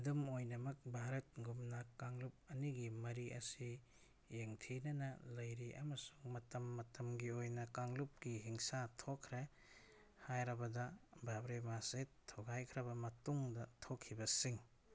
ꯑꯗꯨꯝ ꯑꯣꯏꯅꯃꯛ ꯚꯥꯔꯠꯒꯨꯝꯅ ꯀꯥꯡꯂꯨꯞ ꯑꯅꯤꯒꯤ ꯃꯔꯤ ꯑꯁꯤ ꯌꯦꯡꯊꯤꯅꯅ ꯂꯩꯔꯤ ꯑꯃꯁꯨꯡ ꯃꯇꯝ ꯃꯇꯝꯒꯤ ꯑꯣꯏꯅ ꯀꯥꯡꯂꯨꯞꯀꯤ ꯍꯤꯡꯁꯥ ꯊꯣꯛꯈ꯭ꯔꯦ ꯍꯥꯏꯔꯕꯗ ꯕ꯭ꯔꯥꯕ꯭ꯔꯤ ꯃꯁꯖꯤꯠ ꯊꯨꯒꯥꯏꯈ꯭ꯔꯕ ꯃꯇꯨꯡꯗ ꯊꯣꯛꯈꯤꯕꯁꯤꯡ